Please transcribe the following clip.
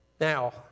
Now